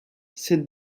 sed